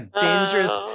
dangerous